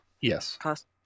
Yes